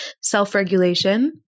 self-regulation